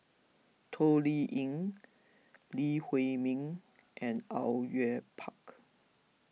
Toh Liying Lee Huei Min and Au Yue Pak